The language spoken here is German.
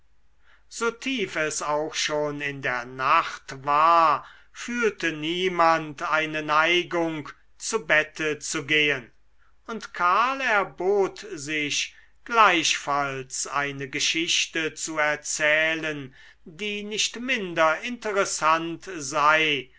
so tief es auch schon in der nacht war fühlte niemand eine neigung zu bette zu gehen und karl erbot sich gleichfalls eine geschichte zu erzählen die nicht minder interessant sei